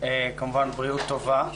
כמובן בריאות טובה.